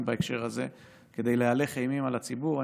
בהקשר הזה כדי להלך אימים על הציבור.